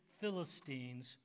Philistines